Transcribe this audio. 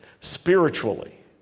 spiritually